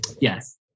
Yes